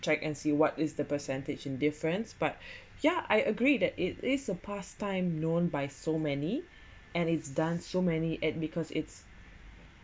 check and see what is the percentage indifference but yeah I agree that it is a pastime known by so many and it's done so many and it because it's